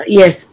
yes